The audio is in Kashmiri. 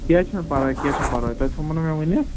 کینٛہہ چھُنہٕ پَرواے کینٛہہ چھُنہٕ پرواے تۄہہِ تھوٚومو مےٚ ؤنِتھ